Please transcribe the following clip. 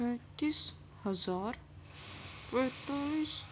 انتیس ہزار اڑتالیس